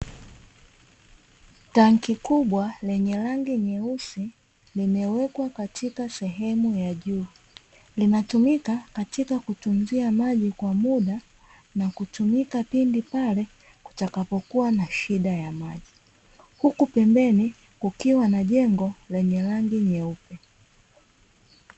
Tanki kubwa lenye rangi nyeusi limewekwa katika sehemu ya juu linatumika katika kutunzia maji kwa muda, na kutumika pindi pale kutakapokua na shida ya maji huku pembeni kukiwa jengo lenye rangi nyeupe.